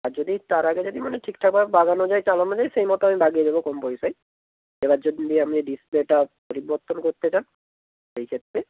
আর যদি তার আগে যদি মানে ঠিকঠাকভাবে বাগানো যায় চালানো যায় সেই মতো আমি বাগিয়ে দেবো কম পয়সায় এবার যদি আপনি ডিসপ্লেটা পরিবর্তন করতে চান সেই ক্ষেত্রে